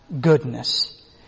goodness